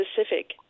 specific